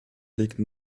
liegen